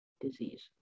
disease